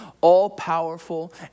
all-powerful